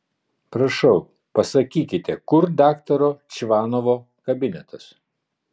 prašau pasakykite kur daktaro čvanovo kabinetas